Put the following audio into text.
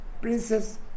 Princess